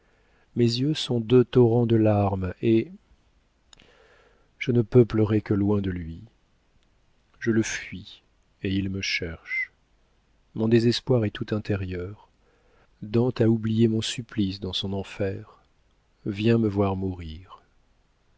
mes yeux sont deux torrents de larmes et je ne peux pleurer que loin de lui je le fuis et il me cherche mon désespoir est tout intérieur dante a oublié mon supplice dans son enfer viens me voir mourir